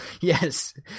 yes